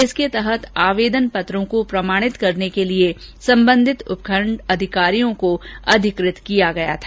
इसके तहत आवेदन पत्रों को प्रमाणित करने के लिए संबंधित उपखण्ड अधिकारियों को अधिकृत किया गया था